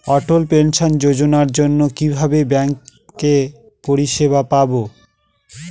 অটল pension যোজনার জন্য কিভাবে ব্যাঙ্কে পরিষেবা পাবো?